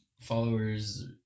followers